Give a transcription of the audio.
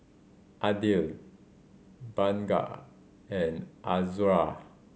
Aidil Bunga and Azura